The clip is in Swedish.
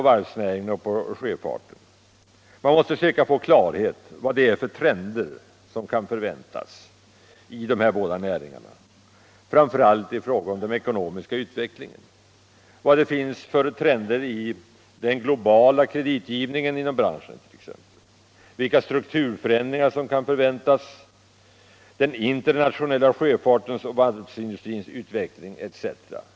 Man måste försöka få klarhet i vad det är för trender som kan förväntas i dessa båda näringar, framför allt i fråga om den ekonomiska utvecklingen, t.ex. trender inom den globala kreditgivningen i branschen, vilka strukturförändringar som kan förväntas, den internationella sjöfartens och varvsindustrins utveckling osv.